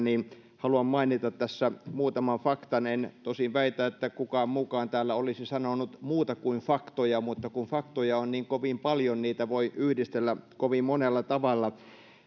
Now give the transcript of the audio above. niin haluan mainita tässä muutaman faktan en tosin väitä että kukaan muukaan täällä olisi sanonut muuta kuin faktoja mutta kun faktoja on niin kovin paljon niitä voi yhdistellä kovin monella tavalla